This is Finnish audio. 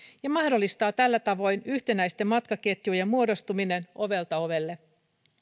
ja mahdollistaa tällä tavoin yhtenäisten matkaketjujen muodostuminen ovelta ovelle